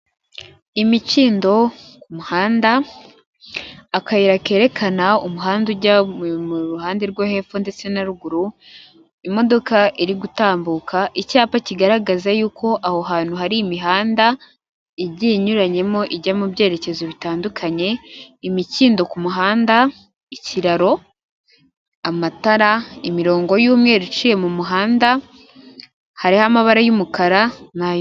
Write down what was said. Imikindo ku muhanda akayira kerekana umuhanda ujya mu ruhande rwo hepfo ndetse na ruguru, imodoka irigutambuka. Icyapa kigaragaza yuko aho hantu hari imihanda igiye inyuranyemo ijya mu byerekezo bitandukanye, imikindo ku muhanda, ikiraro, amatara imirongo y'umweru iciye mu muhanda. Hariho amabara y'umukara.